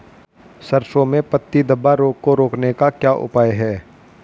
सरसों में पत्ती धब्बा रोग को रोकने का क्या उपाय है?